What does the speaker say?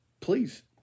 please